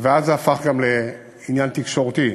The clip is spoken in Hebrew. ואז זה הפך גם לעניין תקשורתי,